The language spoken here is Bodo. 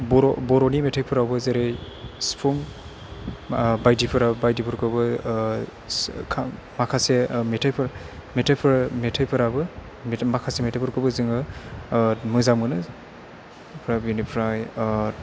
बर' बर'नि मेथाइफोरावबो जेरै सिफुं बायदिफोरा बायदिफोरखौबो सि आ खाम माखासे मेथाइफोर मेथाइफोर मेथाइफोराबो माखासे मेथाइफोरखौबो जोङो मोजां मोनो ओमफ्राय बिनिफ्राय